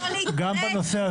לא להתפרץ.